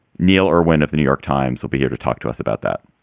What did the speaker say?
neil irwin of the new york times will be here to talk to us about that.